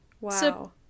Wow